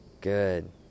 Good